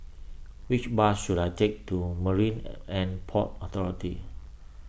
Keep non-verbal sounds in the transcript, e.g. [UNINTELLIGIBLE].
which bus should I take to Marine [UNINTELLIGIBLE] and Port Authority